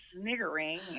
sniggering